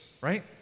right